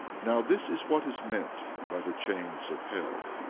now this is what is meant by the chains of hell.